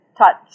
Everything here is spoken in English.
Touch